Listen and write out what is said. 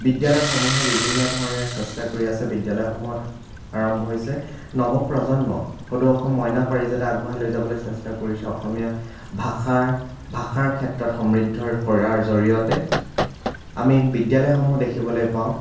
বিদ্যালয়সমূহেও বিভিন্ন ধৰণে চেষ্টা কৰি আছে বিদ্যালয়সমূহত আৰম্ভ হৈছে নৱপ্ৰজন্মক সদৌ অসম মইনা পাৰিজাতে আগবঢ়াই লৈ যাবলৈ চেষ্টা কৰিছে অসমীয়া ভাষাৰ ভাষাৰ ক্ষেত্ৰত সমৃদ্ধ কৰাৰ জৰিয়তে আমি বিদ্যালয়সমূহ দেখিবলৈ পাওঁ